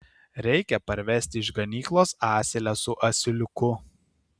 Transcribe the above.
reikia parvesti iš ganyklos asilę su asiliuku